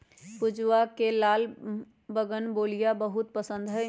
पूजवा के लाल बोगनवेलिया बहुत पसंद हई